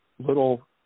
Little